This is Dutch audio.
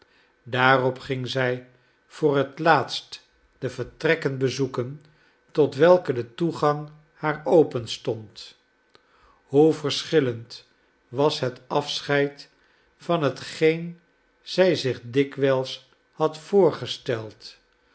daarop ging zij voor het laatst de vertrekken bezoeken tot welke de toegang haar openstond hoe verschillend was het afscheid van hetgeen zij zich dikwijls had voorgesteld